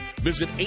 Visit